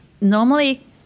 normally